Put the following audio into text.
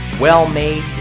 well-made